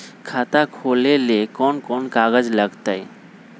खाता खोले ले कौन कौन कागज लगतै?